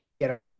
get